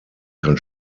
kann